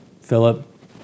Philip